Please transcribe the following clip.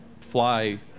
fly